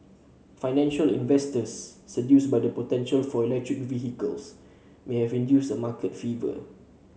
financial investors seduced by the potential for electric vehicles may have induced a market fever